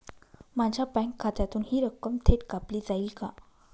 माझ्या बँक खात्यातून हि रक्कम थेट कापली जाईल का?